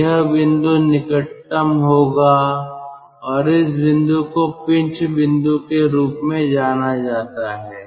तो यह बिंदु निकटतम होगा और इस बिंदु को पिंच बिंदु के रूप में जाना जाता है